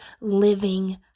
living